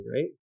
right